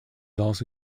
also